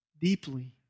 deeply